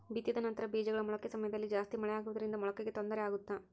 ಬಿತ್ತಿದ ನಂತರ ಬೇಜಗಳ ಮೊಳಕೆ ಸಮಯದಲ್ಲಿ ಜಾಸ್ತಿ ಮಳೆ ಆಗುವುದರಿಂದ ಮೊಳಕೆಗೆ ತೊಂದರೆ ಆಗುತ್ತಾ?